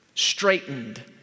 straightened